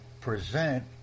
present